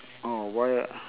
oh why